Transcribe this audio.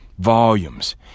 volumes